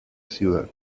ciudad